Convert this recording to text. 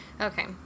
Okay